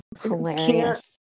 Hilarious